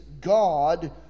God